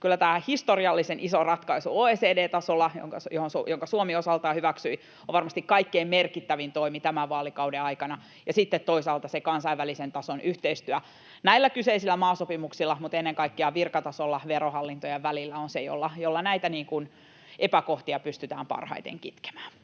kyllä tämä historiallisen iso ratkaisu OECD-tasolla, jonka Suomi osaltaan hyväksyi, on varmasti kaikkein merkittävin toimi tämän vaalikauden aikana, ja sitten toisaalta se kansainvälisen tason yhteistyö näillä kyseisillä maasopimuksilla mutta ennen kaikkea virkatasolla verohallintojen välillä on se, jolla näitä epäkohtia pystytään parhaiten kitkemään.